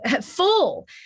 full